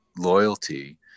loyalty